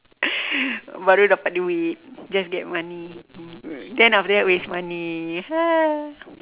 baru dapat duit just get money then after that waste money ah